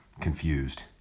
confused